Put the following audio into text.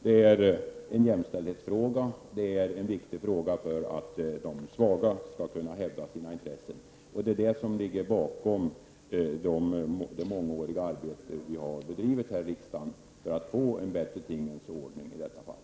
Det är en jämställdhetsfråga, för det är viktigt att de svaga kan hävda sina intressen. Detta är anledningen till att vi i många år här i riksdagen har bedrivit ett arbete för att få till stånd en bättre tingens ordning i dessa frågor.